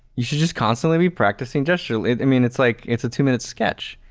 you should just constantly be practicing gestures. i mean, it's like, it's a two-minute sketch.